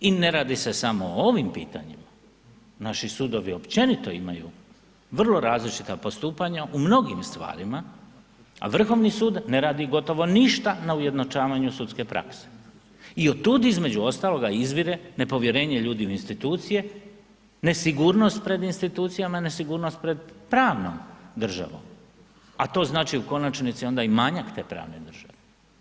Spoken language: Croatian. I ne radi se samo o ovim pitanjima, naši sudovi općenito imaju vrlo različita postupanja u mnogim stvarima a Vrhovni sud ne radi gotovo ništa na ujednačavanju sudske prakse i od tud između ostaloga izvire nepovjerenje ljudi u institucije, nesigurnost pred institucijama, nesigurnost pred pravnom državom a to znači u konačnici onda i manjak te pravne države.